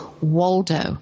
Waldo